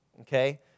okay